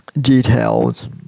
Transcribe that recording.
Details